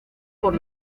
por